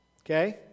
Okay